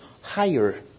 higher